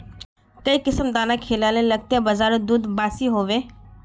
काई किसम दाना खिलाले लगते बजारोत दूध बासी होवे?